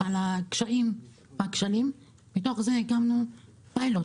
על הקשיים והכשלים, ומתוך זה הקמנו פיילוט